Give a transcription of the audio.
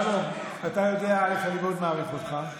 שלום, אתה יודע שאני מאוד מעריך אותך,